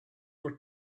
were